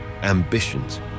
ambitions